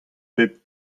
bep